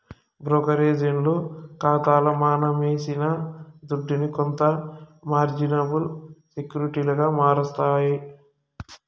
బ్రోకరేజోల్లు కాతాల మనమేసిన దుడ్డుని కొంత మార్జినబుల్ సెక్యూరిటీలుగా మారస్తారు